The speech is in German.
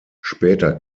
später